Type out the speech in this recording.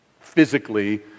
physically